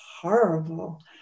horrible